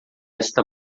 esta